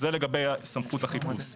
זה לגבי סמכות החיפוש.